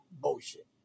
bullshit